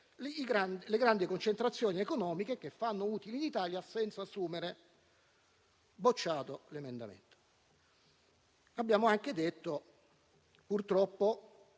le grandi concentrazioni economiche, che fanno utili in Italia senza assumere: bocciato l'emendamento. Purtroppo